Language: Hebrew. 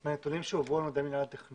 מהנתונים שהועברו לנו על ידי מינהל התכנון